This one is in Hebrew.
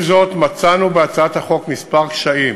עם זאת, מצאנו בהצעת החוק כמה קשיים.